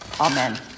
Amen